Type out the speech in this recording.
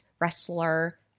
wrestler